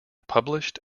published